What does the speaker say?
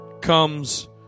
comes